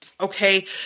Okay